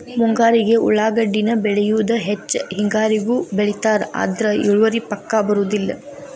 ಮುಂಗಾರಿಗೆ ಉಳಾಗಡ್ಡಿನ ಬೆಳಿಯುದ ಹೆಚ್ಚ ಹೆಂಗಾರಿಗೂ ಬೆಳಿತಾರ ಆದ್ರ ಇಳುವರಿ ಪಕ್ಕಾ ಬರುದಿಲ್ಲ